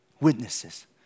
witnesses